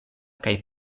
kaj